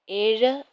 ഏഴ്